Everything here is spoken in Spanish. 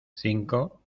cinco